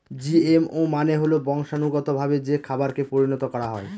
GMO মানে হল বংশানুগতভাবে যে খাবারকে পরিণত করা হয়